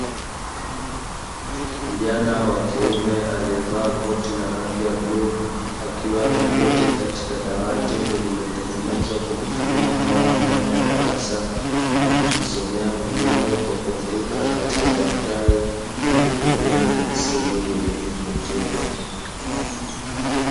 Kijana wa kiume aliyevaa koti la rangi ya bluu, akiwa ameketi katika dawati lililotengenezwa kwa kutumia mbao ndani ya darasa, akijisomea mwenyewe kwa kuandika katika daftari akitumia penseli yenye kifutio.